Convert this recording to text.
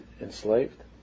enslaved